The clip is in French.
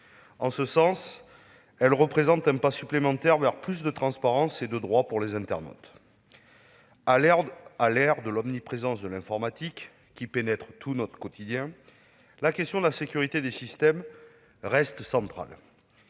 En ce sens, ce texte représente un pas supplémentaire vers davantage de transparence et de droits pour les internautes. À l'ère où l'informatique, omniprésente, pénètre tout notre quotidien, la question de la sécurité des systèmes reste centrale.